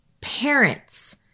parents